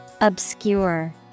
Obscure